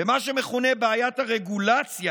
במה שמכונה בעיית הרגולציה,